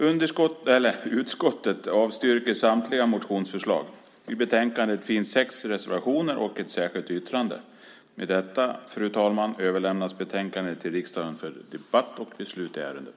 Utskottet avstyrker samtliga motionsförslag. I betänkandet finns sex reservationer och ett särskilt yttrande. Med detta, fru talman, överlämnas betänkandet till riksdagen för debatt och beslut i ärendet.